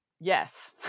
Yes